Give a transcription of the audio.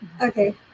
Okay